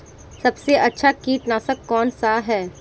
सबसे अच्छा कीटनाशक कौनसा है?